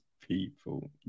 people